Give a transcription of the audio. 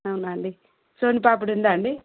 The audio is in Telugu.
అవునా అండి సోన్ పాపిడి ఉందా అండి